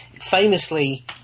famously